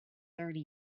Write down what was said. thirty